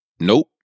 nope